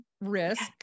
risk